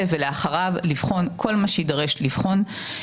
ולאחריו לבחון כל מה שיידרש לבחון.